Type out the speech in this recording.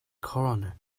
coroner